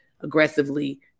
aggressively